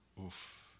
Oof